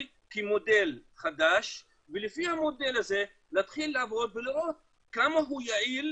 כמודל חדש ולפי המודל הזה להתחיל לעבוד ולראות כמה הוא יעיל